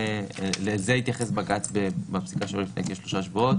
לזה התייחס בג"ץ לפני שלושה שבועות